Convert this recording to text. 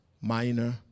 minor